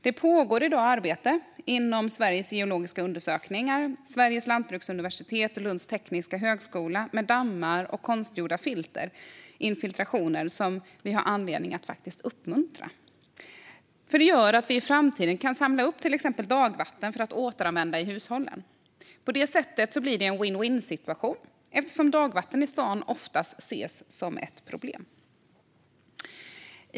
Det pågår i dag arbete inom Sveriges geologiska undersökning, Sveriges lantbruksuniversitet och Lunds tekniska högskola med dammar och konstgjord infiltration som vi har anledning att uppmuntra. Detta kan nämligen göra att vi i framtiden kan samla upp till exempel dagvatten för att återanvända i hushållen. På det sättet blir det en vinn-vinnsituation, eftersom dagvatten i stan ofta ses som ett problem.